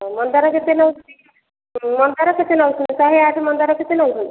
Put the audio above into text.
ହଉ ମନ୍ଦାର କେତେ ନେଉଛନ୍ତି ମନ୍ଦାର କେତେ ନେଉଛନ୍ତି ଶହେ ଆଠ ମନ୍ଦାର କେତେ ନେଉଛନ୍ତି